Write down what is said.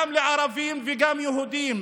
גם לערבים וגם ליהודים.